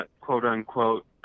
quote-unquote